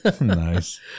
Nice